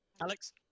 Alex